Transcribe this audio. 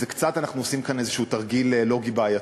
אנחנו עושים כאן איזה תרגיל לוגי בעייתי.